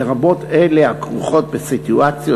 לרבות אלה הכרוכות בסיטואציה